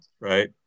Right